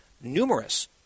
numerous